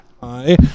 hi